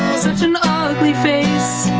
such an ugly face